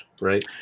right